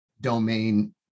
domain